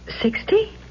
Sixty